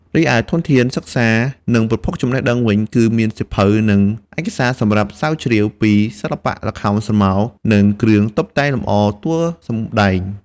រីឯធនធានសិក្សា និងប្រភពចំណេះដឹងវិញ គឺមានសៀវភៅ និងឯកសារសម្រាប់ស្រាវជ្រាវពីសិល្បៈល្ខោនស្រមោល និងគ្រឿងតុបតែងលម្អតួសម្តែង។